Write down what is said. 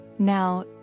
Now